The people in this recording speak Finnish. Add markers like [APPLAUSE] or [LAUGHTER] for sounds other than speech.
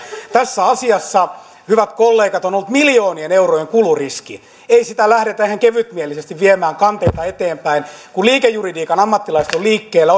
tässä asiassa hyvät kollegat on ollut miljoonien eurojen kuluriski ei sitä lähdetä ihan kevytmielisesti viemään kanteita eteenpäin kun liikejuridiikan ammattilaiset ovat liikkeellä [UNINTELLIGIBLE]